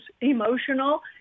emotional